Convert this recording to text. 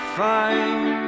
fine